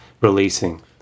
Releasing